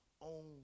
own